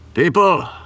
People